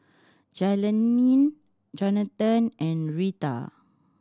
Jailene Jonathan and Reta